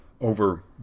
over